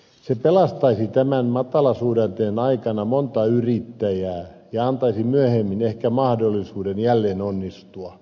se pelastaisi tämän matalasuhdanteen aikana monta yrittäjää ja antaisi myöhemmin ehkä mahdollisuuden jälleen onnistua